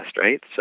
right